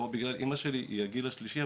או בגלל אמא שלי שהיא בגיל השלישי,